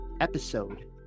episode